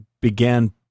began